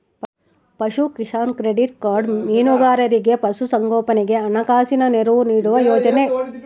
ಪಶುಕಿಸಾನ್ credit card ಮೀನುಗಾರರಿಗೆ ಪಶು ಸಂಗೋಪನೆಗೆ ಹಣಕಾಸಿನ ನೆರವು ನೀಡುವ ಯೋಜನೆ